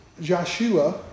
Joshua